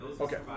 Okay